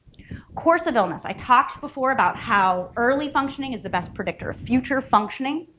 course of illness. i talked before about how early functioning is the best predictor of future functioning,